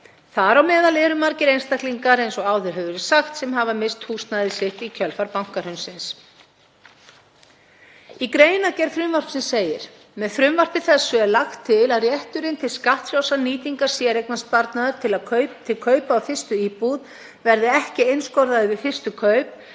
Þar á meðal eru margir einstaklingar, eins og áður hefur verið sagt, sem misst hafa húsnæði sitt í kjölfar bankahrunsins. Í greinargerð frumvarpsins segir: Með frumvarpi þessu er lagt til að rétturinn til skattfrjálsrar nýtingar séreignarsparnaðar til kaupa á fyrstu íbúð verði ekki einskorðaður við fyrstu kaup,